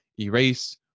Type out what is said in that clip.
erase